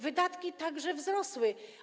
Wydatki także wzrosły.